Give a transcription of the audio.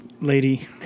lady